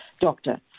doctor